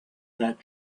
that